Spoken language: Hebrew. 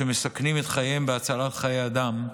שמסכנים את חייהם בהצלת חיי אדם,